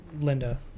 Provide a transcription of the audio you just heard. Linda